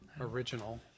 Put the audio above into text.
original